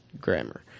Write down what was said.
grammar